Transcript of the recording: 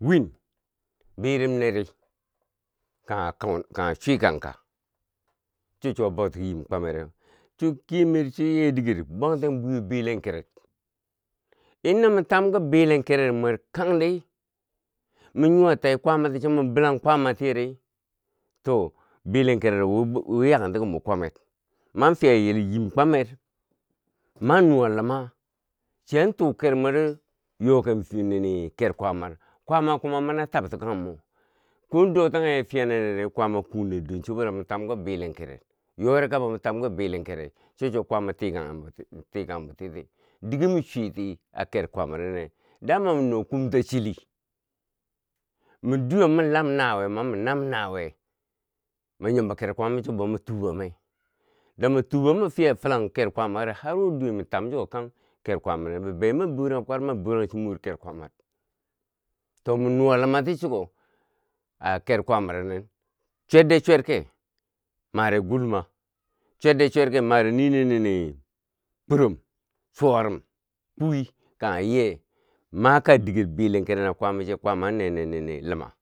Win birim neri kaghe chwi kanka cho cho a boutiki yim kwamereu, cho kemer choye diger bwangten bwiko bilenkeret, in no mo tam ki bilenkeret mwer kangdi mo nuwa tai kwaama ti cho mu bilang kwaama tiyeri to bilenkere wo we ya kenti ki mo kwamer, mwam fiya yim kwamer, mwan nu wa luma chiyan tuu ker mwero yoken fiye nini ker kwaamar kwaama kuma mania tabti kwanghe mo, ko dotanghe fiye naneri kwaama an kungnen duwen soboda mu tamki bilenkeret, yorikabo mu tamki bilenkeret, chochuwa kwama tikan bwo tiye dige mi chwiti a ker kwaamaro nine dama mino kumta chili min duyom min lam nawe ma min nam nawiye manyom bo ker kwaamar cho bwo ma tuba me lami tubam mifiya filang kerkwamare harwo duwen ma tam chuko kang ker kwamaronin, bibeyo ma borang kwarub ma borang chi mor ker kwaamar to mi nuwa luma ti chuko aker kwamaronin chwet de chwerke, mare gulma chwetde chwerke mare ninin nini kurom, chuwarum kwui kanghe ye maka diger bilenkerer na kwaama che kwaama an nenen nini luma,